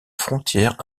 frontière